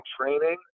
training